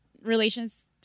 relations